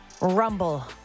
rumble